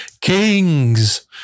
kings